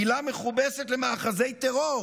מילה מכובסת למאחזי טרור